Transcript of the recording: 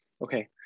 okay